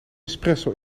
espresso